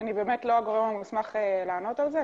אני באמת לא הגורם המוסמך לענות על זה.